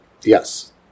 Yes